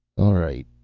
all right.